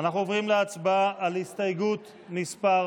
אנחנו עוברים להצבעה על הסתייגות מס'